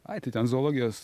ai ten zoologijos